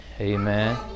Amen